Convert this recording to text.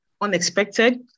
unexpected